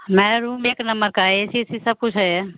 हमारा रूम एक नम्बर का है ए सी ए सी सब कुछ है